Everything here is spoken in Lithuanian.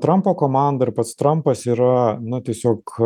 trampo komanda ir pats trampas yra nu tiesiog